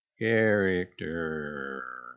Character